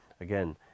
again